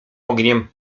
ogniem